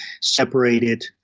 separated